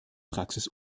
praxis